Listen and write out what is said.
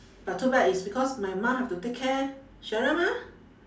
but too bad it's because my mum have to take care sheryl mah